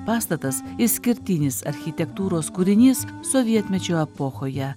pastatas išskirtinis architektūros kūrinys sovietmečio epochoje